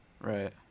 Right